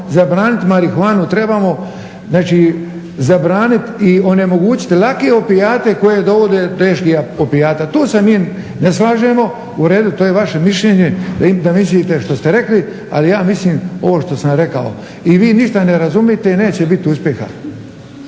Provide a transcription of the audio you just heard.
zabraniti marihuanu, trebamo, znači zabranit i onemogućit lake opijate koji dovode do teških opijata. Tu se mi ne slažemo, u redu to je vaše mišljenje da mislite što ste rekli, ali ja mislim ovo što sam rekao. I vi ništa ne razumijete i neće biti uspjeha.